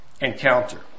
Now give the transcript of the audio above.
encounter